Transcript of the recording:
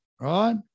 right